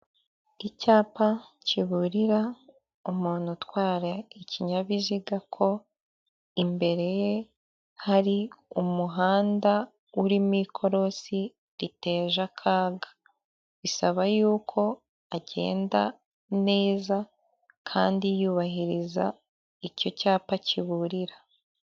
Icyapa kiburira umuntu utwara ikinyabiziga ko imbere ye hari umuhanda urimo ikorosi riteje akaga. Bisaba yuko agenda neza, kandi yubahiriza icyo cyapa kiburira.